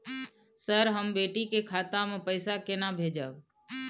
Sir, हम बेटी के खाता मे पैसा केना भेजब?